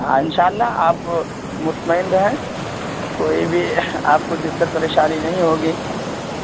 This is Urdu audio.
ہاں ان شاء اللہ آپ مطمئن رہیں کوئی بھی آپ کو دقت پریشانی نہیں ہوگی